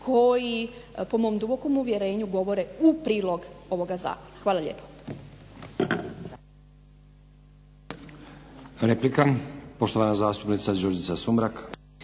koji po mom dubokom uvjerenju govore u prilog ovoga zakona. Hvala lijepa.